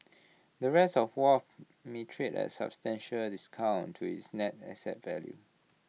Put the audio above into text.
the rest of wharf may trade at substantial A discount to its net asset value